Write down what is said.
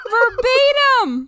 Verbatim